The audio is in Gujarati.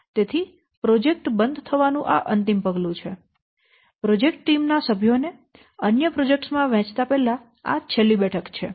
તેથી પ્રોજેક્ટ બંધ થવાનું આ અંતિમ પગલું છે પ્રોજેક્ટ ટીમ ના સભ્યો ને અન્ય પ્રોજેક્ટ્સ મા વહેંચતા પહેલા આ છેલ્લી બેઠક છે